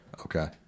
Okay